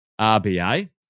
RBA